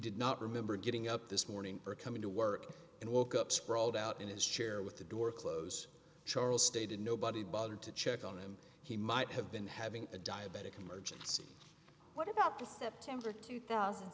did not remember getting up this morning are coming to work and woke up sprawled out in his chair with the door close charles stated nobody bothered to check on him he might have been having a diabetic emergency what about the september two thousand